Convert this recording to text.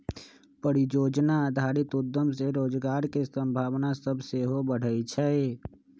परिजोजना आधारित उद्यम से रोजगार के संभावना सभ सेहो बढ़इ छइ